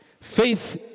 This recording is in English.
Faith